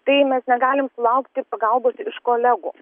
tai mes negalim laukti pagalbos iš kolegų